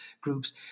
groups